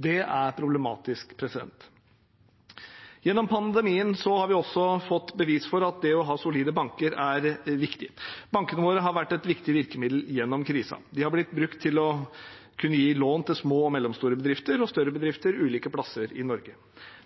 Det er problematisk. Gjennom pandemien har vi også fått bevis for at det å ha solide banker er viktig. Bankene våre har vært et viktig virkemiddel gjennom krisen. De har blitt brukt til å kunne gi lån til små og mellomstore bedrifter og større bedrifter ulike plasser i Norge.